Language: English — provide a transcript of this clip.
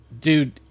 dude